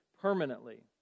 permanently